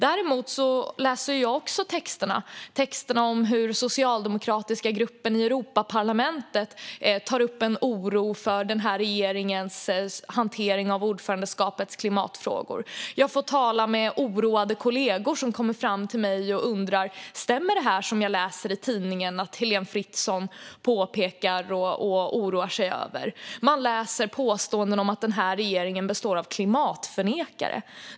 Däremot läser jag också texterna om hur den socialdemokratiska gruppen i Europaparlamentet tar upp en oro för den här regeringens hantering av ordförandeskapets klimatfrågor. Jag får tala med oroade kollegor som kommer fram till mig och undrar: Stämmer detta som jag läser i tidningen att Helén Fritzon påtalar och oroar sig över? Jag läser påståenden om att den här regeringen består av klimatförnekare.